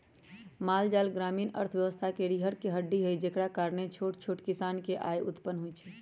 माल जाल ग्रामीण अर्थव्यवस्था के रीरह के हड्डी हई जेकरा कारणे छोट छोट किसान के आय उत्पन होइ छइ